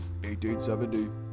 1870